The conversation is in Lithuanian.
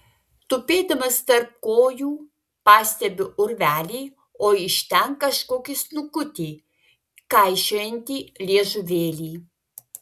tupėdamas tarp kojų pastebiu urvelį o iš ten kažkokį snukutį kaišiojantį liežuvėlį